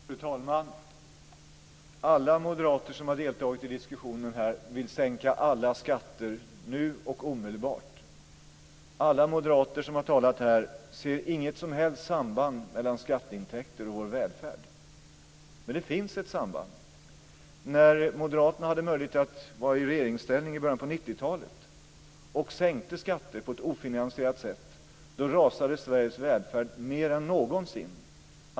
Fru talman! Alla moderater som har deltagit i diskussionen vill sänka alla skatter nu och omedelbart. Ingen av de moderater som har talat här ser något som helst samband mellan skatteintäkter och vår välfärd, men det finns ett samband. När moderaterna hade möjlighet att vara i regeringsställning i början på 1990-talet och sänkte skatter på ett ofinansierat sätt rasade Sveriges välfärd mer än någonsin.